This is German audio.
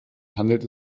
handelt